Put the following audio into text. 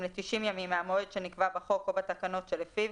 ל-90 ימים מהמועד שנקבע בחוק או בתקנות שלפיו